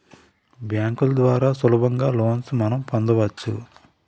బ్యాంకుల ద్వారా సులభంగా లోన్స్ మనం పొందవచ్చు